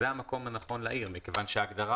זה המקום הנכון להעיר מכיוון שההגדרה